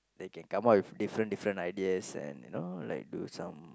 they can come up with different different ideas and you know do some